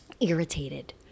irritated